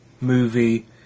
movie